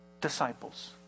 disciples